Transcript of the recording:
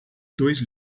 dois